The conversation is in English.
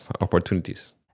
opportunities